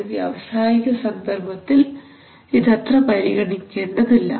ഒരു വ്യാവസായിക സന്ദർഭത്തിൽ ഇത് അത്ര പരിഗണിക്കേണ്ടതില്ല